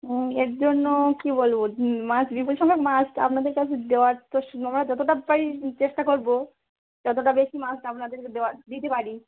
ও এর জন্য কী বলবো মাছ মাছ আপনাদের কাছে দেওয়ার তো সময় যতোটা পারি চেষ্টা করবো যতোটা বেশি মাছ আপনাদেরকে দেওয়া দিতে পারি